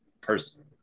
person